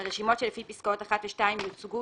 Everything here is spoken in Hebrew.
הרשימות שלפי פסקאות (1) ו-(2) יוצגו